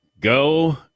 go